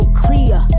clear